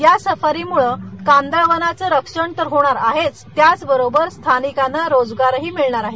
या सफारीमुळे कांदळवनाचं रक्षण तर होणार आहेच त्याचबरोबर स्थानिकांना रोजगारही मिळणार आहे